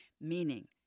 meaning